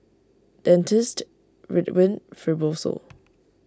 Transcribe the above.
Dentiste Ridwind Fibrosol